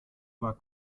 war